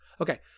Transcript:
okay